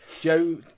Joe